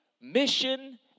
mission